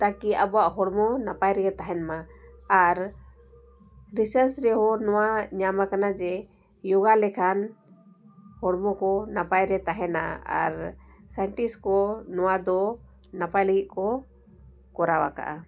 ᱛᱟᱠᱤ ᱟᱵᱚᱣᱟᱜ ᱦᱚᱲᱢᱚ ᱱᱟᱯᱟᱭ ᱨᱮᱜᱮ ᱛᱟᱦᱮᱱ ᱢᱟ ᱟᱨ ᱨᱤᱥᱟᱨᱪ ᱨᱮᱦᱚᱸ ᱱᱚᱣᱟ ᱧᱟᱢ ᱟᱠᱟᱱᱟ ᱡᱮ ᱭᱳᱜᱟ ᱞᱮᱠᱷᱟᱱ ᱦᱚᱲᱢᱚ ᱠᱚ ᱱᱟᱯᱟᱭ ᱨᱮ ᱛᱟᱦᱮᱱᱟ ᱟᱨ ᱥᱟᱭᱮᱱᱴᱤᱥ ᱠᱚ ᱱᱚᱣᱟ ᱫᱚ ᱱᱟᱯᱟᱭ ᱞᱟᱹᱜᱤᱫ ᱠᱚ ᱠᱚᱨᱟᱣ ᱟᱠᱟᱜᱼᱟ